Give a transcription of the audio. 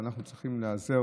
ואנחנו צריכים להיעזר,